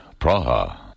Praha